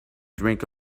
drink